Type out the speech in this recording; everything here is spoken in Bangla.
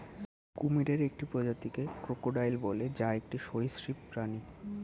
কুমিরের একটি প্রজাতিকে ক্রোকোডাইল বলে, যা একটি সরীসৃপ প্রাণী